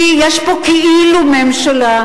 כי יש פה כאילו ממשלה,